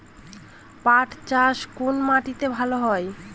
পাট চাষ কোন মাটিতে ভালো হয়?